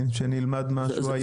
שנלמד משהו היום.